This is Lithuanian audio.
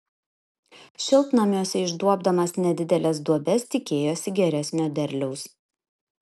šiltnamiuose išduobdamas nedideles duobes tikėjosi geresnio derliaus